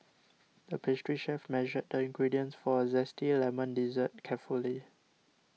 the pastry chef measured the ingredients for a Zesty Lemon Dessert carefully